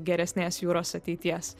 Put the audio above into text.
geresnės jūros ateities